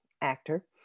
actor